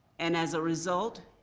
and, as a result,